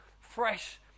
fresh